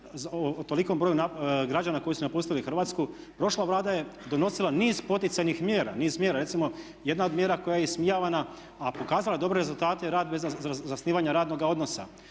o tolikom broju građana koji su napustili Hrvatsku. Prošla Vlada je donosila niz poticajnih mjera, niz mjera. Recimo jedna od mjera koja je ismijavana a pokazala je dobre rezultate i rad vezan za zasnivanje radnoga odnosa.